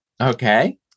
Okay